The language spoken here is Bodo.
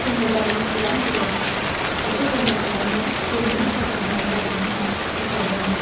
सेनेगालनि खौरां बिलाइफ्रा बेखौ बन्द खालामब्ला थैनायनि साजा होनाय जागोन होनना फोसावदोंमोन